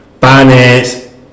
finance